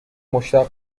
مشتاق